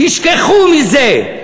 תשכחו מזה.